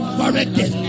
corrected